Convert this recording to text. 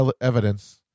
evidence